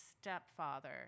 stepfather